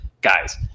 guys